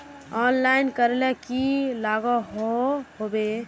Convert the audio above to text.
Online करले की लागोहो होबे?